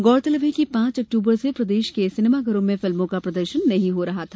गौरतलब है कि पांच अक्टूबर से प्रदेश के सिनेमाघरों में फिल्मों का प्रदर्शन नहीं हो रहा था